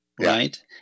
right